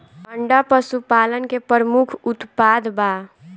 अंडा पशुपालन के प्रमुख उत्पाद बा